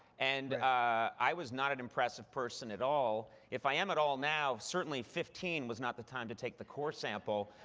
and i was not an impressive person at all. if i am at all now, certainly fifteen was not the time to take the core sample.